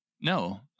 No